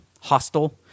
hostile